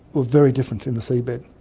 were very different in the seabed.